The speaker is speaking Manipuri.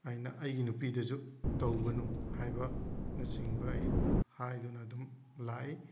ꯑꯩꯅ ꯑꯩꯒꯤ ꯅꯨꯄꯤꯗꯁꯨ ꯇꯧꯒꯅꯨ ꯍꯥꯏꯕ ꯅꯆꯤꯡꯕ ꯑꯩ ꯍꯥꯏꯗꯨꯅ ꯑꯗꯨꯝ ꯂꯥꯛꯏ